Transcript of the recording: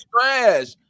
trash